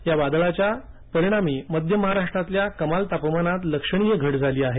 या वादळाच्या परिणामी मध्य महाराष्ट्रातल्या कमाल तापमानात लक्षणीय घट झाली आहे